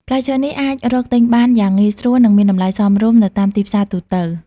ផ្លែឈើនេះអាចរកទិញបានយ៉ាងងាយស្រួល និងមានតម្លៃសមរម្យនៅតាមទីផ្សារទូទៅ។